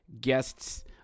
guests